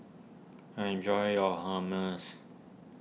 enjoy your Hummus